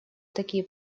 такие